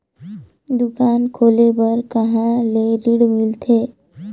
दुकान खोले बार कहा ले ऋण मिलथे?